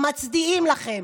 מצדיעים לכם,